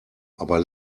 aber